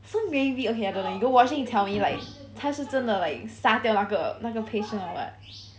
so maybe okay I don't know you go watch and tell me like 他是真的 like 杀掉那个那个 patient or what